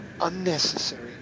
unnecessary